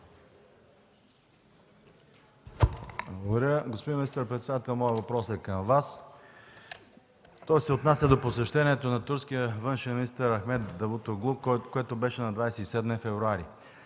Господин министър-председател, моят въпрос е към Вас. Той се отнася до посещението на турския външен министър Ахмет Давутоглу, което беше на 27 февруари